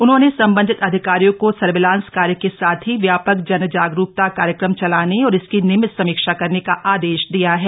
उन्होंने सम्बन्धित अधिकारियों को सर्विलांस कार्य के साथ ही व्यापक जन जागरूकता कार्यक्रम चलाने और इसकी नियमित समीक्षा करने का आदेश दिया है